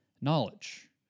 knowledge